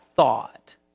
thought